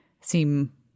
seem